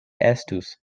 estus